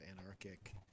anarchic